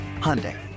Hyundai